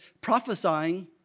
prophesying